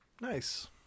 nice